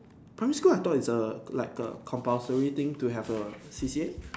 primary school I thought is a like a compulsory thing to have a C_C_A